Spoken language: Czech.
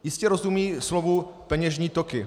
Jistě rozumí slovu peněžní toky.